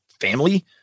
family